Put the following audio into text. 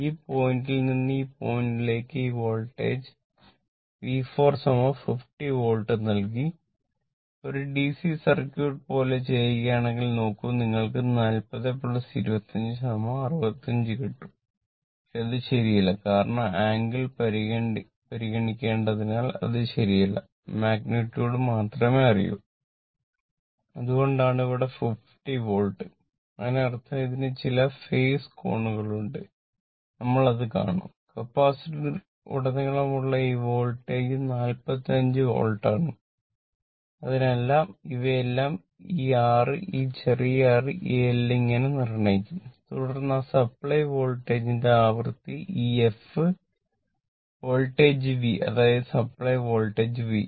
ഈ പോയിന്റിൽ നിന്ന് ഈ പോയിന്റിലേക്ക് ഈ വോൾട്ടേജ് V4 50 വോൾട്ട് നൽകി ഒരു ഡിസി സർക്യൂട്ട് ആവൃത്തി ഈ f വോൾട്ടേജ് V അതായത് സപ്ലൈ വോൾട്ടേജ് V